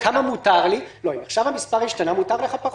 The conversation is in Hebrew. מותר לך פחות.